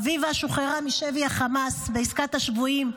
אביבה שוחררה משבי החמאס בעסקת השבויים,